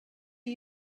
are